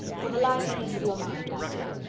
for the liveliness of your mind, i did.